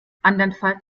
andernfalls